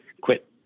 quit